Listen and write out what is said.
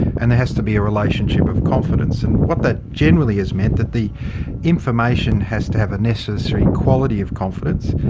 and there has to be a relationship of confidence. and what that generally has meant is that the information has to have a necessary quality of confidence,